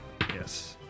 Yes